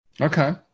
Okay